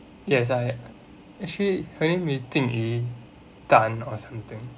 yes I actually her name is ting yi tan or something